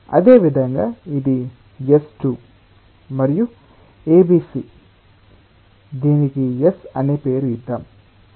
అదేవిధంగా ఇది S2 మరియు ABC దీనికి S అనే పేరు ఇద్దాం